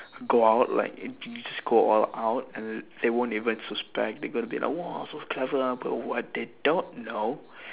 go out like you just go all out and they they won't even suspect they gonna be like !wah! so clever ah but what they don't know